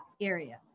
area